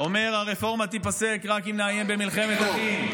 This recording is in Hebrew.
אומר: הרפורמה תיפסק רק אם נאיים במלחמת אחים,